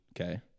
okay